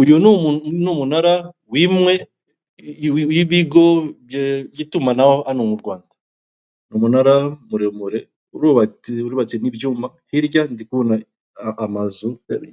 Uyu ni umunara wimwe wibigo by' itumanaho hano mu Rwanda, ni umunara muremure urubatse nk' ibyumba hirya ndi kubona amazu